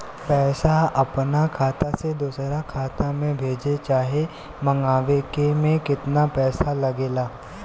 पैसा अपना खाता से दोसरा खाता मे भेजे चाहे मंगवावे में केतना पैसा लागेला?